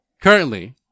currently